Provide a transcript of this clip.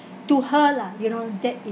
to her lah you know that is